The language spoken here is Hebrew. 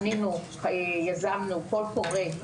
יזמנו ובנינו קול קורא,